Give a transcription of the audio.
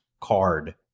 card